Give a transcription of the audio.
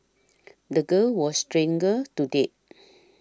the girl was strangled to death